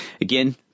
Again